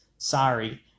sorry